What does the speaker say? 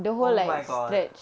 oh my god